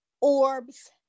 orbs